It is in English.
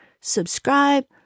subscribe